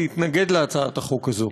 להתנגד להצעת החוק הזאת.